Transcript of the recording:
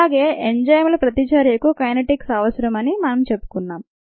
అలాగే ఎంజైమ్ల ప్రతిచర్యకు కైనెటిక్స్ అవసరమని మనం చెప్పుకున్నాం